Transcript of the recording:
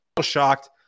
shocked